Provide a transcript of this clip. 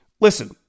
listen